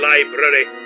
Library